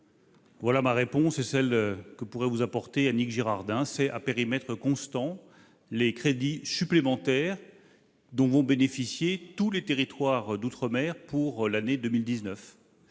est ma réponse et celle que pourrait vous apporter Mme Annick Girardin. Ce sont, à périmètre constant, les crédits supplémentaires dont vont bénéficier tous les territoires d'outre-mer pour l'année 2019,